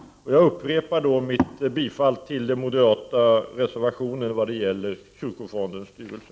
Jag upprepar mitt bifall till den moderata reservationen vad gäller kyrkofondens styrelse.